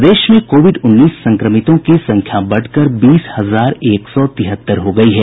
प्रदेश में कोविड उन्नीस संक्रमितों की संख्या बढ़कर बीस हजार एक सौ तिहत्तर हो गयी है